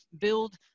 build